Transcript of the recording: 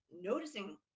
noticing